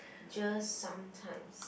just sometimes